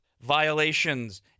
violations